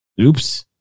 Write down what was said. Oops